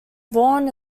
born